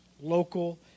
local